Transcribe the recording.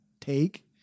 take